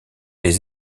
les